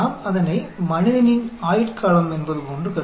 हम मानते हैं कि मानव जीवन काल के रूप में